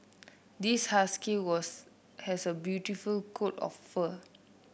this husky was has a beautiful coat of fur